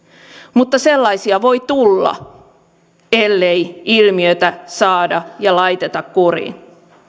mutta sellaisia voi tulla ellei ilmiötä saada ja laiteta kuriin